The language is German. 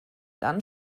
dann